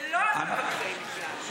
זה לא על מבקשי מקלט.